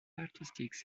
artistic